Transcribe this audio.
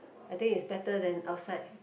I think is better than outside